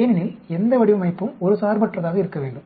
ஏனெனில் எந்த வடிவமைப்பும் ஒரு சார்பற்றதாக இருக்க வேண்டும்